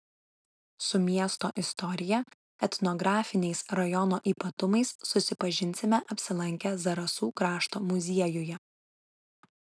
su miesto istorija etnografiniais rajono ypatumais susipažinsime apsilankę zarasų krašto muziejuje